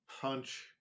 punch